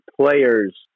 players